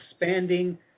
expanding